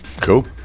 Cool